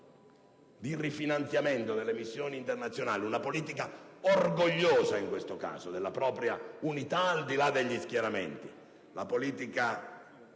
di rifinanziamento delle missioni internazionali, una politica orgogliosa in questo caso della propria unità al di là degli schieramenti - e le